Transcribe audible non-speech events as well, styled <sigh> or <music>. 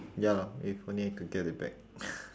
ya lah if only I could get it back <noise>